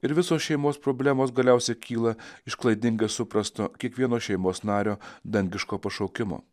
ir visos šeimos problemos galiausiai kyla iš klaidingai suprasto kiekvieno šeimos nario dangiško pašaukimo